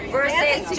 versus